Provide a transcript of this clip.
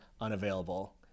unavailable